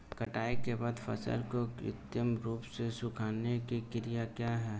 कटाई के बाद फसल को कृत्रिम रूप से सुखाने की क्रिया क्या है?